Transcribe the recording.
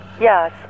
Yes